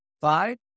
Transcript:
five